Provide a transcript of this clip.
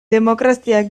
demokraziak